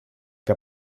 que